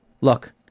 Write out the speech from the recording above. look